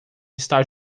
está